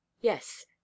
yes